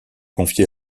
confié